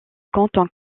comptent